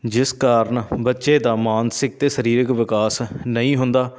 ਜਿਸ ਕਾਰਨ ਬੱਚੇ ਦਾ ਮਾਨਸਿਕ ਅਤੇ ਸਰੀਰਿਕ ਵਿਕਾਸ ਨਹੀਂ ਹੁੰਦਾ